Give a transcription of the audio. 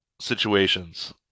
situations